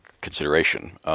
consideration